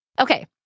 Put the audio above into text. Okay